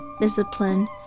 discipline